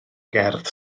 gerdd